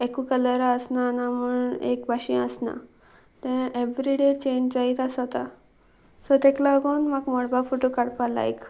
एकू कलरा आसना ना म्हणूण एक भाशे आसना तें एवरी डे चेंज जायत आसोता सो ताका लागून म्हाका मळबा फोटो काडपा लायक